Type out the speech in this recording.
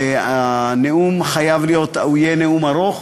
הנאום יהיה נאום ארוך,